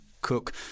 cook